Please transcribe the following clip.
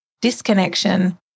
disconnection